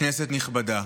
כנסת נכבדה,